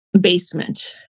basement